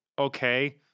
Okay